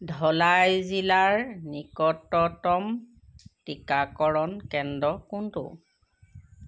ধলাই জিলাৰ নিকটতম টিকাকৰণ কেন্দ্ৰ কোনটো